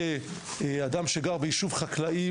כאדם שגר בישוב חקלאי,